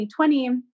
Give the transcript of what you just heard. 2020